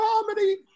comedy